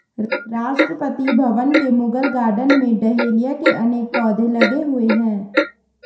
राष्ट्रपति भवन के मुगल गार्डन में डहेलिया के अनेक पौधे लगे हुए हैं